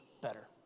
better